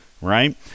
Right